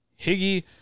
Higgy